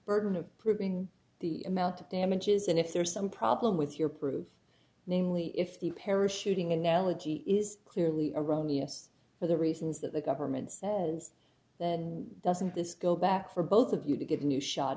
burden of proving the amount of damages and if there is some problem with your proof namely if the parachuting analogy is clearly erroneous for the reasons that the government's hands then doesn't this go back for both of you to get a new shot